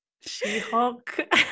She-Hulk